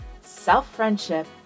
self-friendship